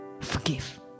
forgive